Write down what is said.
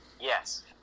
yes